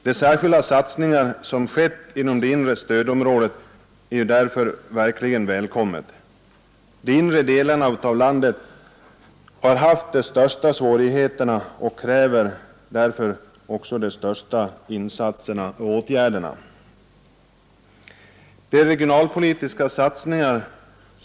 De särskilda regionalpolitiska satsningar som gjorts inom det inre stödområdet är därför verkligt välkomna; de har också gett resultat. De inre delarna av landet har haft de största svårigheterna och kräver därför de största insatserna. Herr talman!